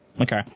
Okay